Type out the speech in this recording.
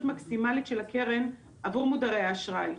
מקסימלית של הקרן עבור מודרי האשראי,